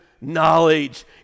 knowledge